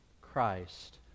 Christ